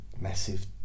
massive